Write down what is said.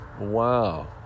Wow